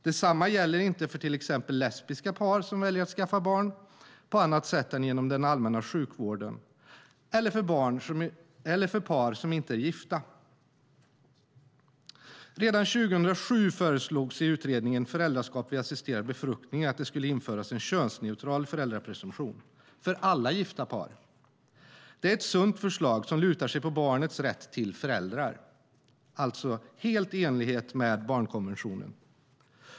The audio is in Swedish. Detsamma gäller inte för till exempel lesbiska par som väljer att skaffa barn på annat sätt än genom den allmänna sjukvården eller för par som inte är gifta. Redan 2007 föreslogs i utredningen Föräldraskap vid assisterad befruktning att det skulle införas en könsneutral föräldrapresumtion för alla gifta par. Det är ett sunt förslag som lutar sig på barnets rätt till föräldrar, helt i enlighet med barnkonventionen.